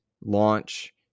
launch